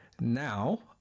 now